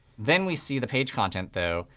then we see the page content, though,